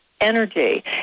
energy